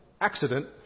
accident